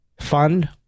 fund